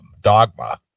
dogma